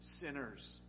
sinners